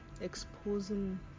exposing